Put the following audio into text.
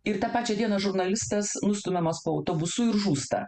ir tą pačią dieną žurnalistas nustumiamas po autobusu ir žūsta